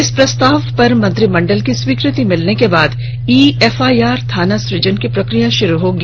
इस प्रस्ताव पर मंत्रिमंडल की स्वीकृति मिलने के बाद ई एफआईआर थाना सुजन की प्रकिया षुरू होगी